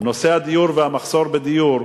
נושא הדיור והמחסור בדיור.